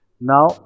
Now